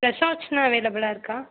ரெசார்ட்ஸுலாம் அவைலபிளா இருக்கா